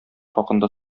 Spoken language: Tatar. хакында